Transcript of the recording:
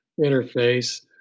interface